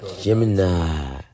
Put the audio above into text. Gemini